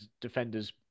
defenders